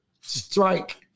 strike